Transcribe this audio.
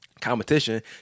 competition